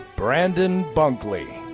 brandon bunkley.